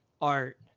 art